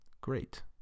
great